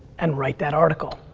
and write that article.